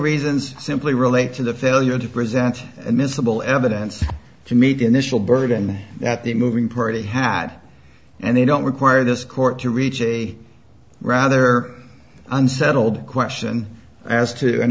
reasons simply relate to the failure to present miscible evidence to meet initial burden that the moving party had and they don't require this court to reach a rather unsettled question as to an